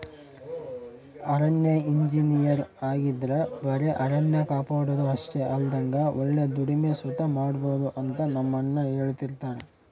ಅರಣ್ಯ ಇಂಜಿನಯರ್ ಆಗಿದ್ರ ಬರೆ ಅರಣ್ಯ ಕಾಪಾಡೋದು ಅಷ್ಟೆ ಅಲ್ದಂಗ ಒಳ್ಳೆ ದುಡಿಮೆ ಸುತ ಮಾಡ್ಬೋದು ಅಂತ ನಮ್ಮಣ್ಣ ಹೆಳ್ತಿರ್ತರ